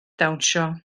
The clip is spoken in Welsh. dawnsio